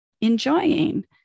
Enjoying